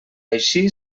així